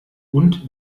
und